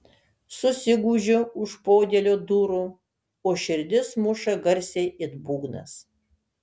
susigūžiu už podėlio durų o širdis muša garsiai it būgnas